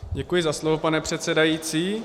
Děkuji za slovo, pane přesedající.